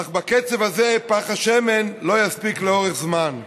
אך בקצב הזה, פך השמן לא יספיק לאורך זמן.